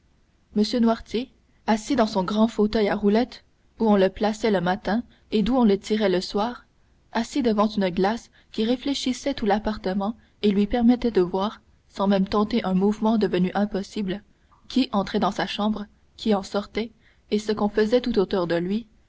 m noirtier assis dans son grand fauteuil à roulettes où on le plaçait le matin et d'où on le tirait le soir assis devant une glace qui réfléchissait tout l'appartement et lui permettait de voir sans même tenter un mouvement devenu impossible qui entrait dans sa chambre qui en sortait et ce qu'on faisait tout autour de lui